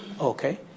okay